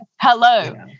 Hello